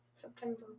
September